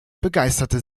begeisterte